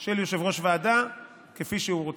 של יושב-ראש ועדה, כפי שהוא רוצה.